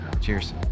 Cheers